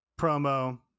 promo